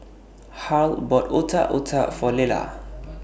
Harl bought Otak Otak For Lelah